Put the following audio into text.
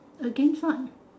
against what